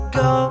go